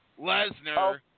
Lesnar